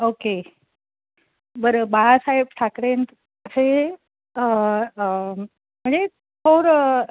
okay बरं बाळासाहेब ठाकरेंचे म्हणजे थोर